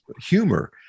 humor